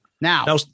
Now